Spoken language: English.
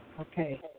Okay